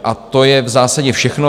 A to je v zásadě všechno.